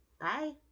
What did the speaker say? Bye